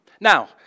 Now